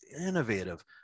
innovative